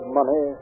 money